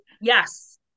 Yes